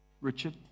Richard